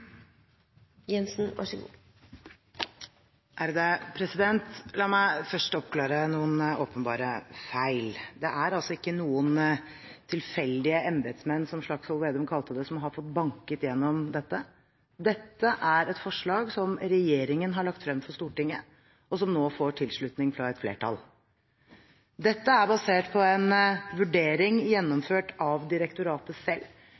altså ikke noen tilfeldige embetsmenn, som Slagsvold Vedum kalte det, som har fått banket igjennom dette. Dette er et forslag som regjeringen har lagt frem for Stortinget, og som nå får tilslutning fra et flertall. Dette er basert på en vurdering – gjennomført av direktoratet selv